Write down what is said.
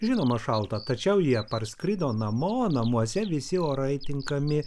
žinoma šalta tačiau jie parskrido namo namuose visi orai tinkami